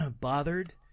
bothered